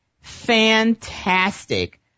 Fantastic